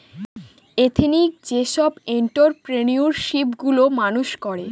ethnic যেসব entrepreneurship গুলো মানুষ করে